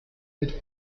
mit